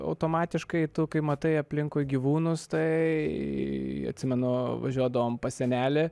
automatiškai tu kai matai aplinkui gyvūnus tai atsimenu važiuodavom pas senelį